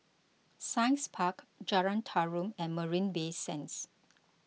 Science Park Jalan Tarum and Marina Bay Sands